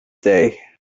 day